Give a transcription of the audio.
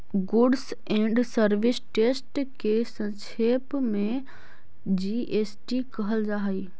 goods and service test के संक्षेप में जी.एस.टी कहल जा हई